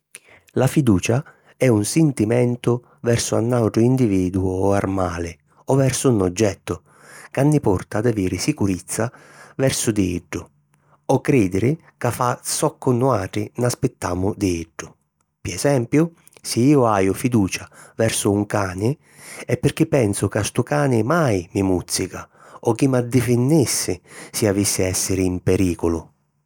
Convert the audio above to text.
La fiducia è un sintimentu versu a 'n àutru individuu o armali, o versu 'n oggettu, ca ni porta ad aviri sicurizza versu di iddu o crìdiri ca fa zoccu nuàutri n'aspittamu di iddu. Pi esempiu si iu haju fiducia versu un cani è pirchì pensu ca stu cani mai mi mùzzica o chi m'addifinnissi si avissi a èssiri in perìculu.